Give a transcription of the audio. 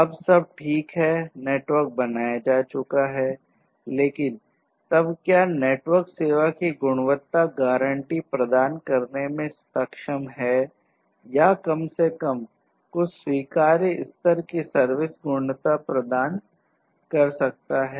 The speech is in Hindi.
अब सब ठीक है नेटवर्क बनाया जा चुका है लेकिन तब क्या नेटवर्क सेवा की गुणवत्ता गारंटी प्रदान करने में सक्षम हैया कम से कम कुछ स्वीकार्य स्तर की सर्विस गुणवत्ता प्रदान कर सकता है